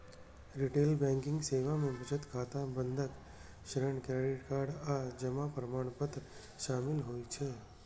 retail banking सेवा मे बचत खाता, बंधक, ऋण, क्रेडिट कार्ड आ जमा प्रमाणपत्र शामिल होइ छै